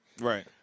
Right